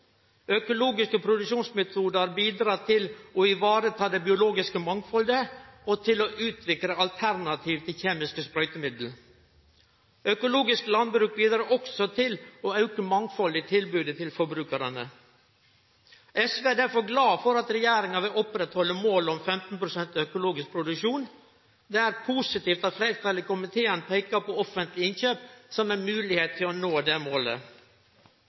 Økologiske produksjonsmetodar bidreg til å vareta det biologiske mangfaldet og til å utvikle alternativ til kjemiske sprøytemiddel. Økologisk landbruk bidreg også til auka mangfald i tilbodet til forbrukarane. SV er derfor glad for at regjeringa vil oppretthalde målet om 15 pst. økologisk produksjon. Det er positivt at fleirtalet i komiteen peikar på offentlege innkjøp som ei moglegheit for å nå det målet.